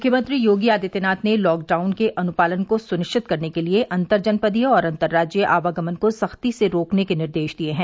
मुख्यमंत्री योगी आदित्यनाथ ने लॉकडाउन के अनुपालन को सुनिश्चित करने के लिये अन्तरजनपदीय और अतर्राज्यीय आवागमन को सख्ती से रोकने के निर्देश दिए हैं